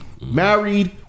married